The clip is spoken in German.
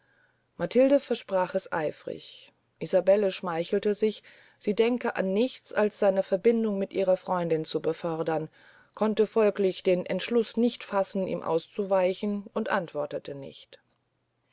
matilde versprach es eifrig isabelle schmeichelte sich sie denke an nichts als seine verbindung mit ihrer freundin zu befördern konnte folglich den entschluß nicht fassen ihm auszuweichen und antwortete nicht